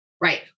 Right